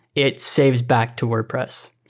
it saves back to wordpress.